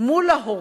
מול ההורים,